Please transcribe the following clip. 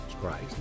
Christ